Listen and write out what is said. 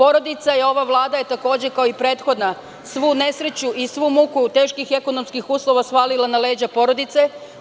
Ova Vlada je takođe, kao i prethodna, svu nesreću i svu muku teških i ekonomskih uslova svalila na leđa porodice.